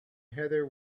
heather